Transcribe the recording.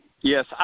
Yes